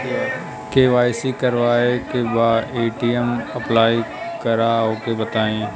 KYC करावे के बा ए.टी.एम अप्लाई करा ओके बताई?